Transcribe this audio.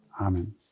Amen